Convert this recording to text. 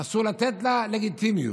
אסור לתת לה לגיטימיות,